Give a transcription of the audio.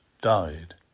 died